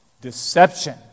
deception